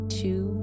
two